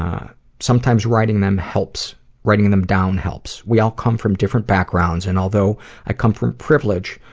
um sometimes writing them helps writing them down helps. we all come from different backgrounds and although i come from privilege,